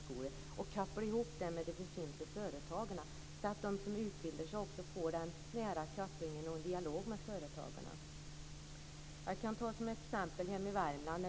Det gäller att koppla ihop det med de befintliga företagen så att de som utbildar sig får en nära koppling till och en dialog med företagen. Som exempel kan jag nämna hur det är hemma i Värmland.